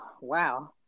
Wow